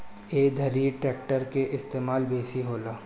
ए घरी ट्रेक्टर के इस्तेमाल बेसी होला